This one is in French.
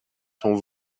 sont